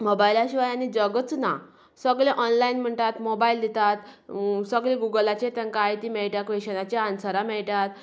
मोबायला शिवाय आनी जगच ना सगले ऑनलायन म्हणटात मोबायल दितात सगले गुगलाचेर तांकां आयतें मेळटा क्वेशनाची आन्सरां मेळटात